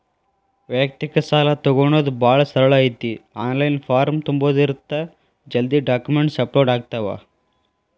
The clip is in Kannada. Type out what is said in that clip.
ವ್ಯಯಕ್ತಿಕ ಸಾಲಾ ತೊಗೋಣೊದ ಭಾಳ ಸರಳ ಐತಿ ಆನ್ಲೈನ್ ಫಾರಂ ತುಂಬುದ ಇರತ್ತ ಜಲ್ದಿ ಡಾಕ್ಯುಮೆಂಟ್ಸ್ ಅಪ್ಲೋಡ್ ಆಗ್ತಾವ